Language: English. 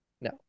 No